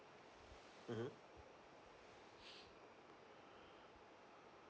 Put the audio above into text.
mm